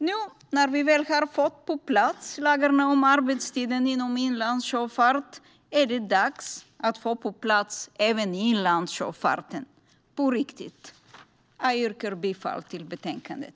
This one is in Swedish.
Nu när vi har fått lagarna om arbetstiden för inlandssjöfarten på plats är det dags att få även inlandssjöfarten på plats, på riktigt. Jag yrkar bifall till förslaget.